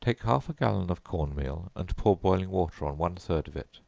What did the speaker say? take half a gallon of corn meal, and pour boiling water on one-third of it